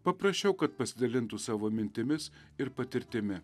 paprašiau kad pasidalintų savo mintimis ir patirtimi